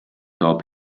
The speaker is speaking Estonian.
toob